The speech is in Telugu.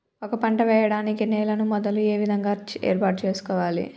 ఒక పంట వెయ్యడానికి నేలను మొదలు ఏ విధంగా ఏర్పాటు చేసుకోవాలి?